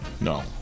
No